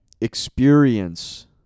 experience